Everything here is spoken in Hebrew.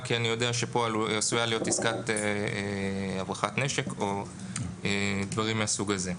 כי אני יודע שכאן עשויה להיות עסקת הברחת נשק או דברים מהסוג הזה.